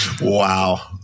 Wow